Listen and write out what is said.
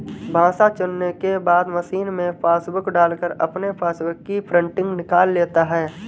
भाषा चुनने के बाद मशीन में पासबुक डालकर अपने पासबुक की प्रिंटिंग निकाल लेता है